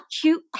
cute